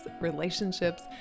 relationships